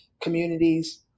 communities